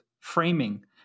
framing